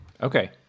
Okay